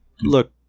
look